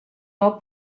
all